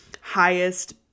highest